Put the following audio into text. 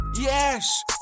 Yes